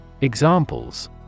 Examples